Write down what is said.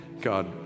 God